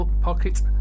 pocket